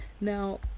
Now